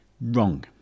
Wrong